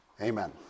Amen